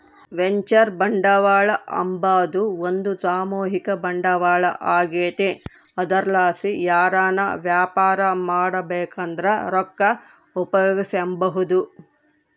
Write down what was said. venture ಬಂಡವಾಳ ಅಂಬಾದು ಒಂದು ಸಾಮೂಹಿಕ ಬಂಡವಾಳ ಆಗೆತೆ ಅದರ್ಲಾಸಿ ಯಾರನ ವ್ಯಾಪಾರ ಮಾಡ್ಬಕಂದ್ರ ರೊಕ್ಕ ಉಪಯೋಗಿಸೆಂಬಹುದು